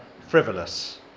frivolous